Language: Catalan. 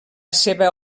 seva